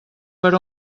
per